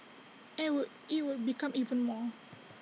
and would IT would become even more